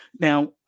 Now